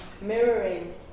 mirroring